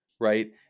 right